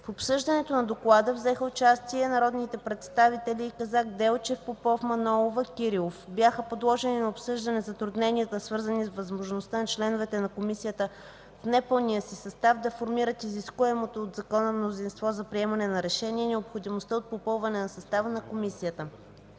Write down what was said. В обсъждането на доклада взеха участие народните представители Казак, Делчев, Попов, Манолова и Кирилов. Бяха подложени на обсъждане затрудненията, свързани с възможността на членовете на комисията в непълния си състав да формират изискуемото от Закона мнозинство за приемане на решения и необходимостта от попълване на състава на Комисията.